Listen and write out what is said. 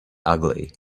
ugly